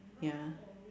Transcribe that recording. ya